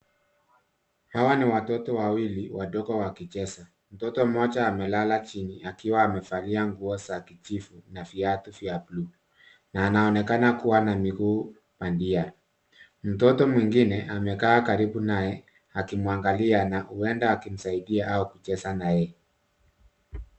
Hawa ni watoto wawili wadogo wakicheza. Mtoto mmoja amelala chini akiwa amevalia nguo za kijiivu, na viatu vya bluu. Na anaonekana kuwa na miguu bandia. Mtoto mwingine, amekaa karibu naye, akimwangalia na huenda akimsaidia au kucheza na yeye.